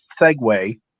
segue